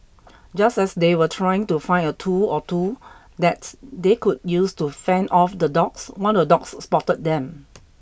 just as they were trying to find a tool or two that they could use to fend off the dogs one of the dogs spotted them